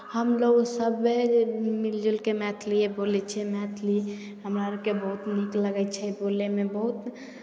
हमलोग सभे मिलि जुलि कऽ मैथलिए बोलै छियै मैथिली हमरा अरके बहुत नीक लगै छै बोलयमे बहुत